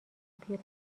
پیر